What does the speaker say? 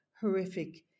horrific